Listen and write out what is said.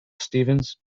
stephens